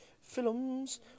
Films